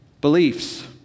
beliefs